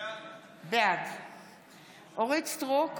בעד אורית מלכה סטרוק,